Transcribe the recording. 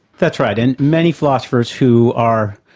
that's right, and many philosophers who are,